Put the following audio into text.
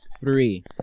three